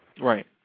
Right